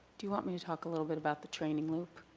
do you want me to talk a little bit about the training loop?